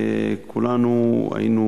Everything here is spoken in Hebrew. כולנו היינו